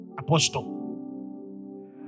Apostle